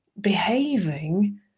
behaving